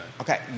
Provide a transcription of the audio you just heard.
Okay